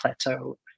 plateau